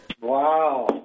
Wow